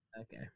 Okay